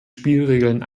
spielregeln